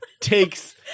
takes